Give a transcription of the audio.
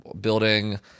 building